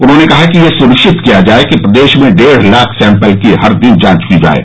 उन्होंने कहा कि यह सुनिश्चित किया जाये कि प्रदेश में डेढ़ लाख सैम्पल की हर दिन जांच की जाये